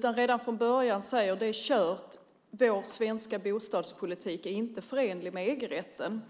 Redan från början säger den att det är kört och att vår svenska bostadspolitik inte är förenligt med EG-rätten.